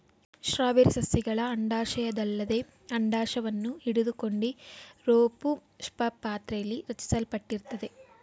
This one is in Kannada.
ಸ್ಟ್ರಾಬೆರಿ ಸಸ್ಯಗಳ ಅಂಡಾಶಯದಲ್ಲದೆ ಅಂಡಾಶವನ್ನು ಹಿಡಿದುಕೊಂಡಿರೋಪುಷ್ಪಪಾತ್ರೆಲಿ ರಚಿಸಲ್ಪಟ್ಟಿರ್ತದೆ